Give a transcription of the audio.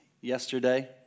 yesterday